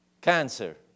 cancer